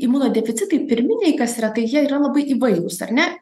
imunodeficitai pirminiai kas yra tai jie yra labai įvairūs ar ne